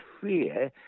fear